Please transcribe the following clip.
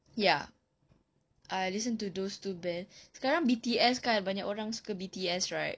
ya I listen to those two band sekarang B_T_S kan banyak orang suka B_T_S right